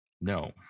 No